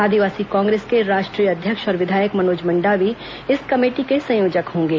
आदिवासी कांग्रेस के राष्ट्रीय अध्यक्ष और विधायक मनोज मंडावी इस कमेटी के संयोजक होंगे